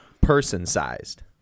person-sized